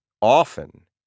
often